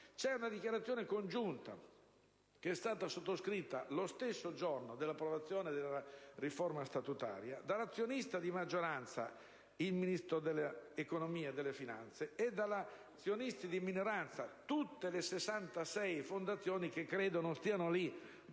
C'è una dichiarazione congiunta, sottoscritta lo stesso giorno dell'approvazione della riforma statutaria, dall'azionista di maggioranza (il Ministro dell'economia e delle finanze) e dagli azionisti di minoranza (tutte le 66 fondazioni bancarie, che credo non stiano lì